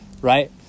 right